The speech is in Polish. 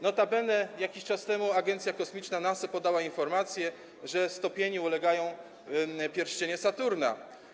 Notabene jakiś czas temu agencja kosmiczna NASA podała informację, że stopieniu ulegają pierścienie Saturna.